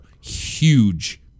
huge